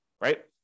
right